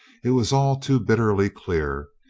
it was all too bitterly clear.